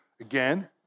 again